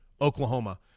Oklahoma